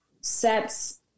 sets